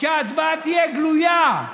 שההצבעה תהיה גלויה.